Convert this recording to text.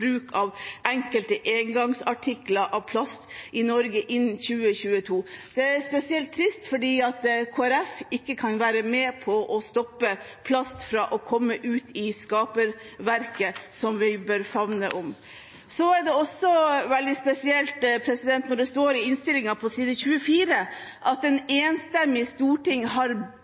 av enkelte engangsartikler av plast i Norge innen 2022». Det er spesielt trist fordi Kristelig Folkeparti ikke kan være med på å forhindre plast fra å komme ut i skaperverket, som vi bør favne om. Så er det også veldig spesielt at det står i innstillingen på side 24 at et enstemmig storting har